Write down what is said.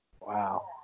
Wow